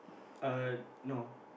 uh no